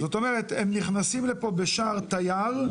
זאת אומרת הם נכנסים לפה בשער תייר,